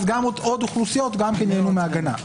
אז גם עוד אוכלוסיות ייהנו מהגנה.